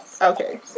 Okay